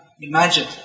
imagine